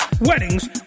weddings